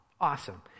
Awesome